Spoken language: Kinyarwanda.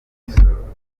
imisoro